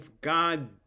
God